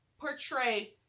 portray